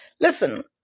Listen